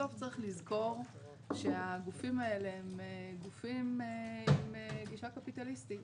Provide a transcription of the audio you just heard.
בסוף צריך לזכור שהגופים האלה הם גופים עם גישה קפיטליסטית.